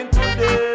today